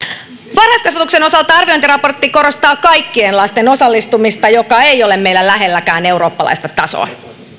varhaiskasvatuksen osalta arviointiraportti korostaa kaikkien lasten osallistumista joka ei ole meillä lähelläkään eurooppalaista tasoa